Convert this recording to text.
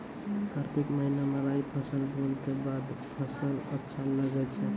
कार्तिक महीना मे राई फसल बोलऽ के बाद फसल अच्छा लगे छै